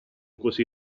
così